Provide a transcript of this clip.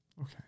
Okay